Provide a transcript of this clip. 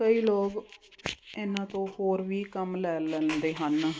ਕਈ ਲੋਕ ਇਹਨਾਂ ਤੋਂ ਹੋਰ ਵੀ ਕੰਮ ਲੈ ਲੈਂਦੇ ਹਨ